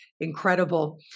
incredible